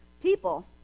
People